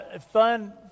Fun